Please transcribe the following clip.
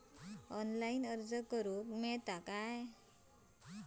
Online अर्ज करूक मेलता काय?